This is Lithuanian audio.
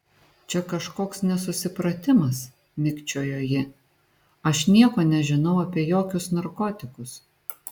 čia kažkoks nesusipratimas mikčiojo ji aš nieko nežinau apie jokius narkotikus